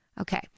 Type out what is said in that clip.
Okay